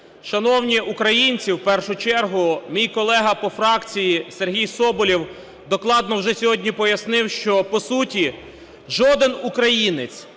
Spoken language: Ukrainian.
Шановні українці, в першу чергу мій колега по фракції Сергій Соболєв докладно вже сьогодні пояснив, що по суті жоден українець,